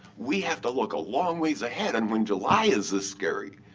we have to look a long ways ahead. and when july is this scary,